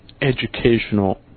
educational